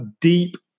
deep